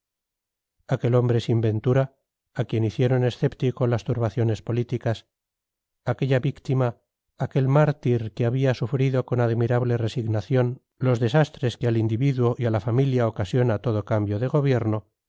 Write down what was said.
aquel hombre sin ventura a quien hicieron escéptico las turbaciones políticas aquella víctima aquel mártir que había sufrido con admirable resignación los desastres que al individuo y a la familia ocasiona todo cambio de gobierno